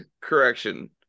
correction